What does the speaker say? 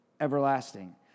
Everlasting